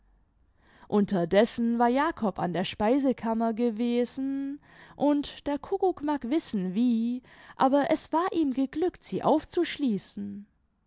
unterdessen war jakob an der speisekammer gewesen und der kuckuck mag wissen wie aber es war ihm geglückt sie aufzuschließen